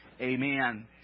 Amen